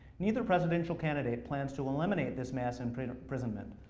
neither presidential candidate plans to eliminate this mass and kind of imprisonment.